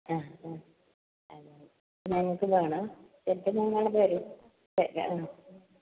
ഞങ്ങൾക്ക് വേണേ ചിലപ്പം ഞങ്ങൾ വരും ഓക്കേ ആ